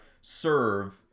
serve